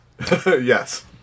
Yes